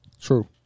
True